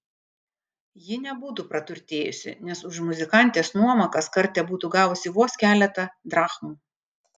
ji nebūtų praturtėjusi nes už muzikantės nuomą kaskart tebūtų gavusi vos keletą drachmų